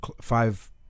five